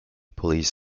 police